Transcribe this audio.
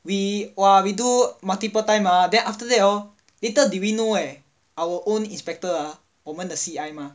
we !wah! we do multiple time ah then after that hor little did we know ah our own inspector eh 我们的 C_I mah